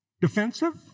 Defensive